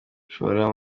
gushora